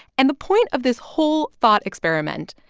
and the point of this whole thought experiment,